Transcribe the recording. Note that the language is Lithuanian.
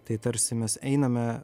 tai tarsi mes einame